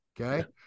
Okay